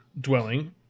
dwelling